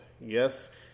yes